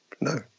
No